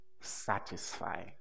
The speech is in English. satisfy